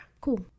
Cool